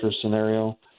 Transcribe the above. scenario